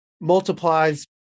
multiplies